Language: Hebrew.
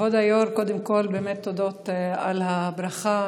כבוד היו"ר, קודם כול באמת תודות על הברכה.